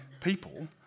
people